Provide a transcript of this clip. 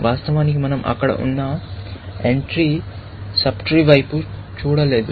వాస్తవానికి మనం అక్కడ ఉన్న ఎంట్రీ సబ్ ట్రీ వైపు చూడలేదు